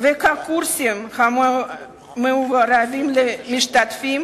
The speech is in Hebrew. והקורסים המועברים למשתתפים